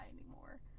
anymore